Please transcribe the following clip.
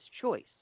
choice